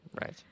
Right